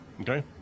Okay